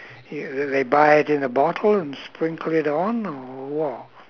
y~ do they buy it in a bottle and sprinkle it on or what